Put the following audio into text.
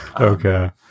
Okay